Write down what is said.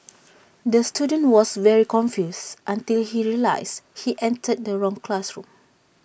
the student was very confused until he realised he entered the wrong classroom